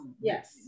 Yes